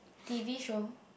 t_v show